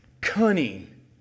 cunning